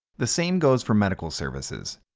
the same goes for medical services.